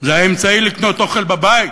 זה האמצעי לקנות אוכל לבית,